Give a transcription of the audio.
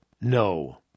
No